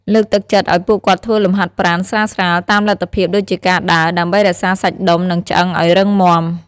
លើកទឹកចិត្តឱ្យពួកគាត់ធ្វើលំហាត់ប្រាណស្រាលៗតាមលទ្ធភាពដូចជាការដើរ ដើម្បីរក្សាសាច់ដុំ និងឆ្អឹងឱ្យរឹងមាំ។